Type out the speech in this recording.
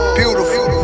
beautiful